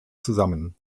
zusammen